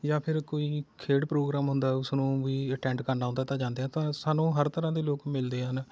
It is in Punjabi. ਯਾ ਫਿਰ ਕੋਈ ਖੇਡ ਪ੍ਰੋਗਰਾਮ ਹੁੰਦਾ ਹੈ ਉਸ ਨੂੰ ਵੀ ਅਟੈਂਡ ਕਰਨਾ ਹੁੰਦਾ ਤਾਂ ਜਾਂਦੇ ਆ ਤਾਂ ਸਾਨੂੰ ਹਰ ਤਰ੍ਹਾਂ ਦੇ ਲੋਕ ਮਿਲਦੇ ਹਨ